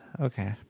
Okay